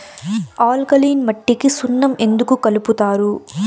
alkaline మట్టికి సున్నం ఎందుకు కలుపుతారు